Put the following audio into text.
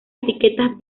etiquetas